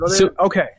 Okay